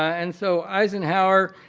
and so eisenhower's